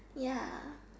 ya